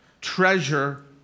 Treasure